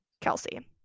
Kelsey